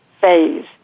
phase